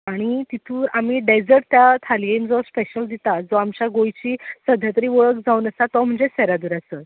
आनी तितूर आमी डॅजट थालयेन जो स्पॅशल दिता जो आमच्या गोंयची सद्या तरी वळक जावन आसा तो म्हणजे सॅरादुरा सर